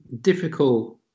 difficult